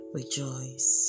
rejoice